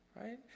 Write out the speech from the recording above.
Right